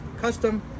Custom